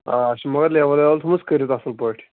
آ اَسہِ چھِ مگر لیول ویول تھٲومٕژ کٔرِتھ اَصٕل پٲٹھۍ